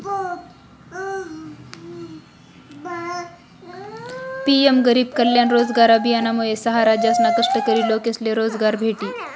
PM गरीब कल्याण रोजगार अभियानमुये सहा राज्यसना कष्टकरी लोकेसले रोजगार भेटी